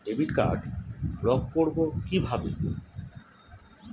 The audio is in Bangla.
ডেবিট কার্ড ব্লক করব কিভাবে?